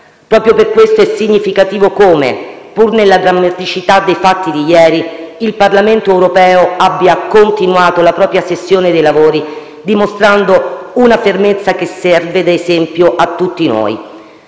Proprio per questo è significativo come, pur nella drammaticità dei fatti di ieri, il Parlamento europeo abbia continuato la propria sessione dei lavori, dimostrando una fermezza che serve da esempio a tutti noi.